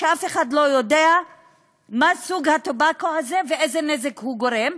ואף אחד לא יודע מה סוג הטבק הזה ואיזה נזק הוא גורם,